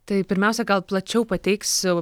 tai pirmiausia gal plačiau pateiksiu